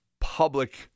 public